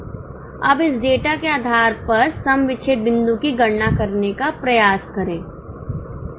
अब इस डेटा के आधार पर सम विच्छेद बिंदु की गणना करने का प्रयास करें